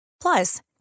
Plus